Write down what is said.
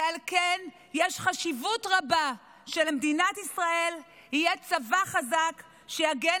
ועל כן יש חשיבות רבה שלמדינת ישראל יהיה צבא חזק שיגן